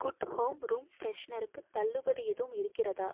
good home room ஃபிரெஷனருக்கு தள்ளுபடி எதுவும் இருக்கிறதா